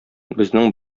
безнең